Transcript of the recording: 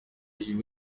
iba